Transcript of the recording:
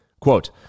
Quote